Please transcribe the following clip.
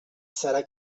serà